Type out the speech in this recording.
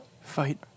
Fight